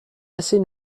assez